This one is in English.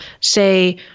say